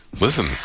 Listen